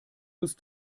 ist